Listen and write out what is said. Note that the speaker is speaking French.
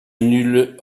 nuls